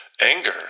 Anger